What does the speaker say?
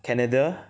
Canada